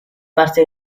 parte